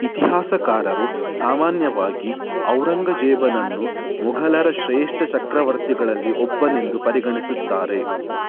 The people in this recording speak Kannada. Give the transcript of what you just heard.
ಇತಿಹಾಸಕಾರರು ಸಾಮಾನ್ಯವಾಗಿ ಔರಂಗಜೇಬನನ್ನು ಮೊಘಲರ ಶ್ರೇಷ್ಟ ಚಕ್ರವರ್ತಿಗಳಲ್ಲಿ ಒಬ್ಬನೆಂದು ಪರಿಗಣಿಸುತ್ತಾರೆ